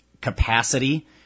capacity